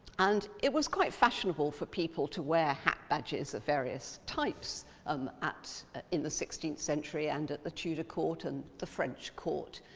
and it was quite fashionable for people to wear hat badges of various types um in the sixteenth century and at the tudor court and the french court.